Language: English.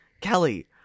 Kelly